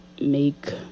make